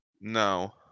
No